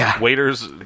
waiters